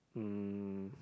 um